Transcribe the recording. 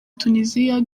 tuniziya